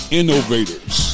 innovators